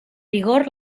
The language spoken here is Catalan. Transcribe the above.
vigor